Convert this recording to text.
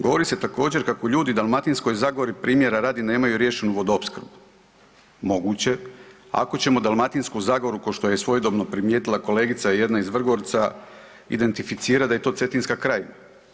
Govore se također kako ljudi u Dalmatinskoj zagori nemaju riješenu vodoopskrbu, moguće ako ćemo Dalmatinsku zagoru ko što je svojedobno primijetila kolegica jedna iz Vrgorca identificirati da je to Cetinska krajina.